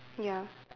ya